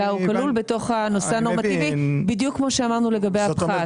אלא הוא כלול בתוך הנושא הנורמטיבי בדיוק כמו שאמרנו לגבי הפחת.